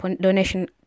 donation